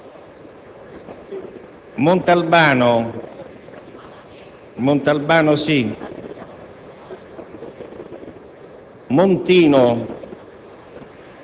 Micheloni, Molinari,